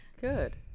Good